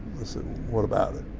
i said, what about it?